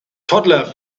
toddler